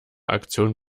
aktion